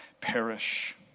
perish